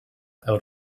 out